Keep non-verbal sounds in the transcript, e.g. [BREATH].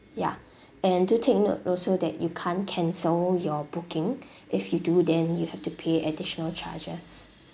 ya [BREATH] and do take note also that you can't cancel your booking [BREATH] if you do then you have to pay additional charges